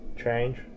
change